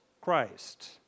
Christ